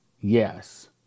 yes